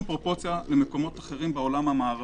פרופורציה למקומות אחרים בעולם המערבי.